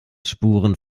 spuren